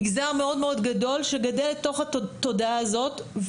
מגזר מאוד גדול שגדל לתוך התודעה הזאת.